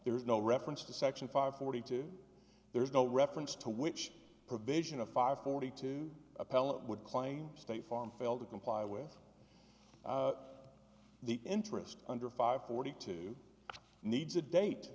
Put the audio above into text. there is no reference to section five forty two there is no reference to which provision of five forty two appellant would claim state farm failed to comply with the interest under five forty two needs a date